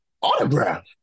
autograph